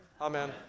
Amen